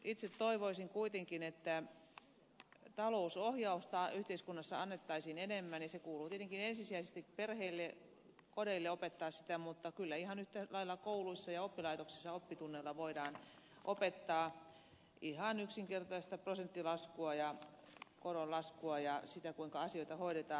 itse toivoisin kuitenkin että talousohjausta yhteiskunnassa annettaisiin enemmän ja se kuuluu tietenkin ensisijaisesti perheille kodeille opettaa sitä mutta kyllä ihan yhtä lailla kouluissa ja oppilaitoksissa oppitunneilla voidaan opettaa ihan yksinkertaista prosenttilaskua ja koron laskua ja sitä kuinka asioita hoidetaan